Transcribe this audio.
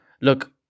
look